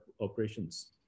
operations